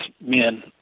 men